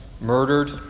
murdered